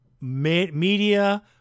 media